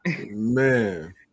Man